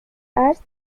arts